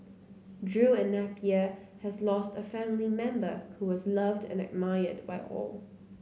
Drew and Napier has lost a family member who was loved and admired by all